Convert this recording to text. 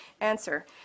Answer